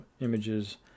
images